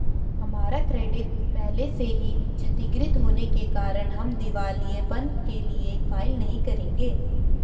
हमारा क्रेडिट पहले से ही क्षतिगृत होने के कारण हम दिवालियेपन के लिए फाइल नहीं करेंगे